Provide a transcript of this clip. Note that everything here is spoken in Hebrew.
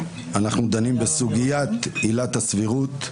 אנחנו דנים בסוגיית עילת הסבירות.